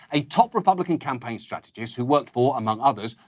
a top republican campaign strategist who worked for, among others,